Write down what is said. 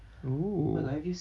oh